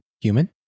Human